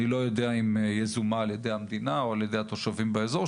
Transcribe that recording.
אני לא יודע אם יזומה על ידי המדינה או על ידי התושבים באזור,